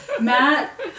Matt